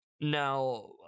Now